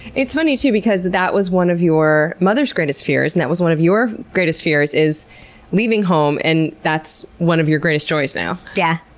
it's funny, too, because that was one of your mother's greatest fears and that was one of your greatest fears, was leaving home, and that's one of your greatest joys now. yeah.